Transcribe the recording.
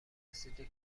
رسیده